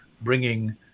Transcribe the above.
bringing